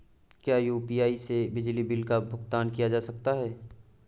क्या यू.पी.आई से बिजली बिल का भुगतान किया जा सकता है?